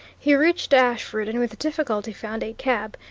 he reached ashford, and with difficulty found a cab,